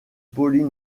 pauline